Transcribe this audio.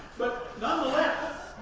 but, nonetheless,